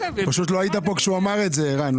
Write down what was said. פשוט לא היית פה כשהוא אמר את זה, ערן.